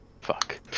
Fuck